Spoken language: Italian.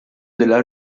della